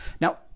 Now